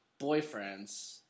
boyfriends